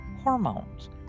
hormones